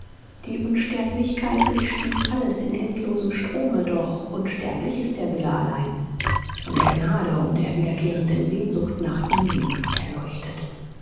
die unsterblichkeit durchfließt alles in endlosem strome doch unsterblich ist der wille allein von der gnade und der wiederkehrenden sehnsucht nach ihm erleuchtet